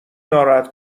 ناراحت